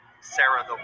Sarah